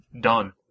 done